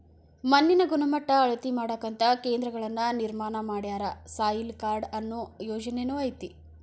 ಮಣ್ಣಿನ ಗಣಮಟ್ಟಾ ಅಳತಿ ಮಾಡಾಕಂತ ಕೇಂದ್ರಗಳನ್ನ ನಿರ್ಮಾಣ ಮಾಡ್ಯಾರ, ಸಾಯಿಲ್ ಕಾರ್ಡ ಅನ್ನು ಯೊಜನೆನು ಐತಿ